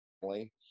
family